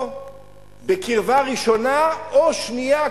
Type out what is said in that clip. או בקרבה ראשונה או בקרבה שנייה,